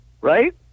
right